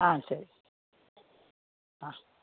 ஆ சரி ஆ